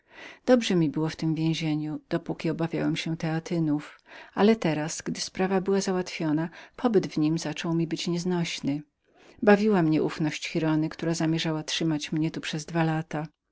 dobrze mi było w tem więzieniu dopóki obawiałem się teatynów ale teraz wiedząc że sprawa była załatwioną pobyt mój zaczął mi być nieznośnym bawiło mnie zaufanie giraldy która postanowiła trzymać mnie tu przez dwa lata